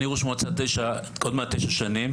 אני ראש מועצה עוד מעט תשע שנים,